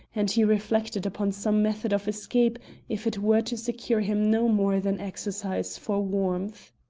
and he reflected upon some method of escape if it were to secure him no more than exercise for warmth.